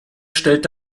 stellt